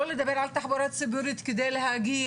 לא לדבר על תחבורה ציבורית כדי להגיע,